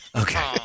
Okay